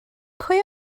pwy